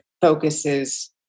focuses